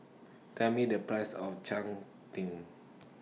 Tell Me The Price of Cheng Tng